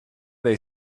they